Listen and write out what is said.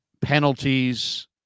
penalties